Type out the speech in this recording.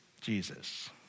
Jesus